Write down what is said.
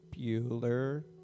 Bueller